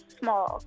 small